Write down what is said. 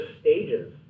stages